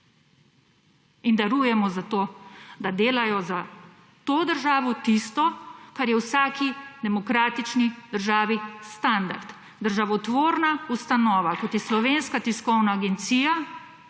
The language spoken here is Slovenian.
In darujemo za to, da delajo za to državo tisto kar je v vsaki demokratični državi standard. Državotvorna ustanova kot je Slovenska tiskovna agencija,